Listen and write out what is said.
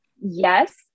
Yes